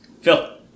Phil